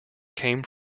came